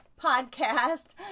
podcast